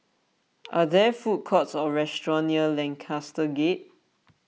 are there food courts or restaurants near Lancaster Gate